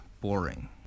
boring